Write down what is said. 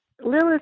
Lilith